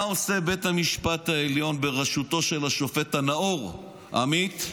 מה עושה בית המשפט העליון בראשותו של השופט הנאור עמית?